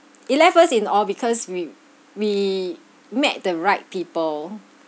it left us in awe because we we met the right people